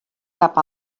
cap